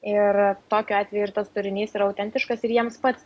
ir tokiu atveju ir tas turinys yra autentiškas ir jiems pats